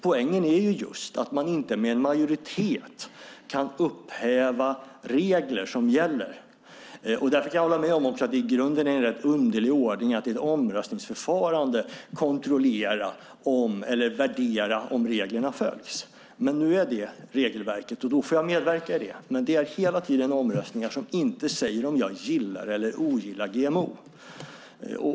Poängen är just att man inte med en majoritet kan upphäva regler som gäller. Jag kan hålla med om att det i grunden är en rätt underlig ordning att i ett omröstningsförfarande kontrollera och värdera om reglerna följs. Det är dock regelverket, och då får jag medverka i det. Men det är hela tiden omröstningar som inte säger om jag gillar eller ogillar GMO.